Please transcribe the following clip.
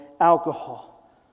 alcohol